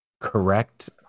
correct